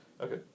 Okay